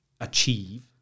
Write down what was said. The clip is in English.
achieve